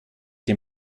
dem